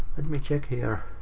and me check here.